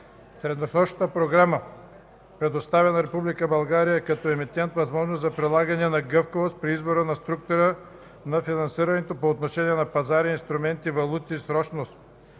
Средносрочната програмата предоставя на Република България като емитент възможност за прилагането на гъвкавост при избора на структура на финансирането по отношение на пазари, инструменти, валути и срочност,